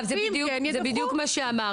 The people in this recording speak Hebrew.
ואם כן, ידווחו.